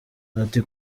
ati